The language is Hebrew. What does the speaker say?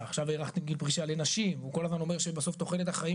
ועכשיו הארכתם את גיל הפרישה לנשים והוא כל הזמן אומר שבסוף תוחלת החיים